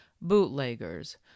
bootleggers